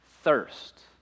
thirst